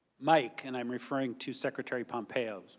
mike, and i'm referring to secretary pompeo.